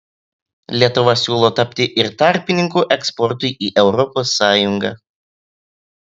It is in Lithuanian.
lietuva siūlo tapti ir tarpininku eksportui į europos sąjungą